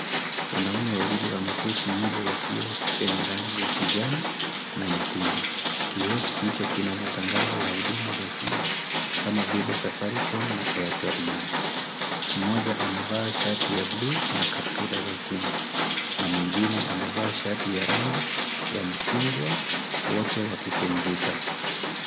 Wanaume wawili wameketi nje ya kioski chenye rangi ya kijani na nyekundu , kioski hicho kina matangazo ya huduma za simu kama vile Safaricom na Airtel money , mmoja amevaa shati ya bluu na kaptula za jeans na mwingine amevaa shati ya rangi ya mchungwa ,wote wakipumzika.